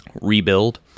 rebuild